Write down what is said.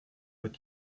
wird